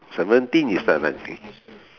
seventeen you start dancing